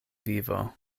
vivo